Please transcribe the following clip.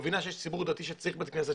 מבינה שיש ציבור דתי שצריך שם בית כנסת,